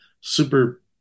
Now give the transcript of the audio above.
super